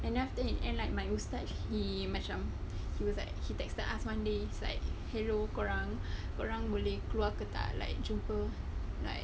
and then after that he and like my ustaz he macam he was like he texted us one day it's like hello korang korang boleh keluar ke tak like jumpa like